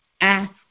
ask